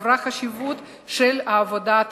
גברה החשיבות של העבודה התרבותית.